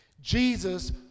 Jesus